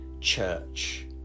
church